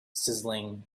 sizzling